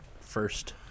first